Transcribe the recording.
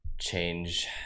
change